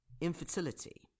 infertility